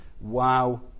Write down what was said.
Wow